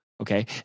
Okay